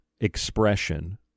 expression